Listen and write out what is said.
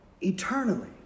eternally